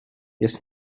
jest